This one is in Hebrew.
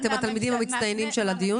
אתם התלמידים המצטיינים של הדיון.